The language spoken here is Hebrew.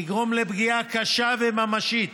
יגרום לפגיעה קשה וממשית